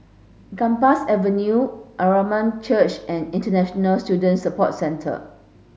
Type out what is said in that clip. Gambas Avenue Church and International Student Support Centre